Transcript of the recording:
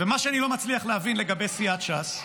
ומה שאני לא מצליח להבין לגבי סיעת ש"ס,